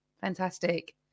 Fantastic